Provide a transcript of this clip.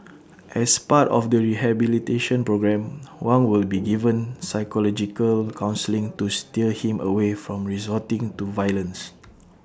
as part of the rehabilitation programme Wang will be given psychological counselling to steer him away from resorting to violence